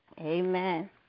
Amen